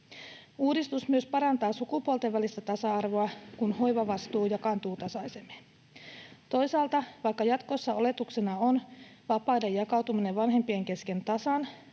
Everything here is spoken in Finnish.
Uudistus myös parantaa sukupuolten välistä tasa-arvoa, kun hoivavastuu jakaantuu tasaisemmin. Toisaalta, vaikka jatkossa oletuksena on vapaiden jakautuminen vanhempien kesken tasan,